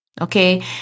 Okay